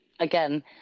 Again